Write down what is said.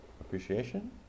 appreciation